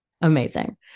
Amazing